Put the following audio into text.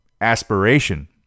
aspiration